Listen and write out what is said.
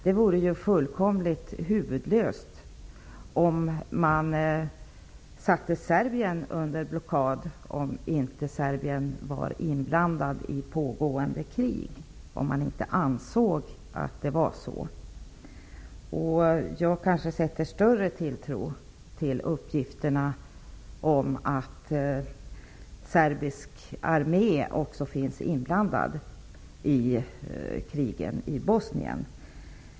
Det vore ju fullständigt huvudlöst att sätta Serbien under blockad om man inte ansåg att Kanske sätter jag större tilltro till uppgifterna om att serbisk armé också är inblandad i krigen i Bosnien.